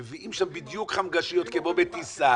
הם מביאים שם בדיוק חמגשיות כמו בטיסה,